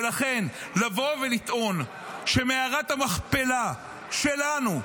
ולכן לבוא ולטעון שמערת המכפלה שלנו,